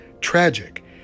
tragic